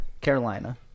Carolina